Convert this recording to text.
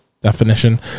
definition